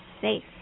safe